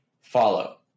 follow